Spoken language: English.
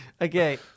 Okay